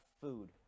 food